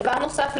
דבר נוסף,